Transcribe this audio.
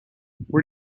where